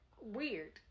weird